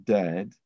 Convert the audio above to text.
dead